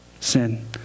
Sin